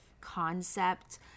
concept